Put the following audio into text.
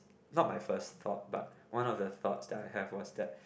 not my first thought but one of the thoughts I have was that